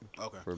Okay